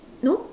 no